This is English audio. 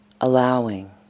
Allowing